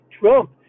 Trump